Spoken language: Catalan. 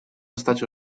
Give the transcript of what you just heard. estats